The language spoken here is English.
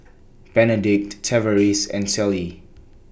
Benedict Tavaris and Celie